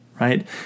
right